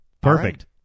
Perfect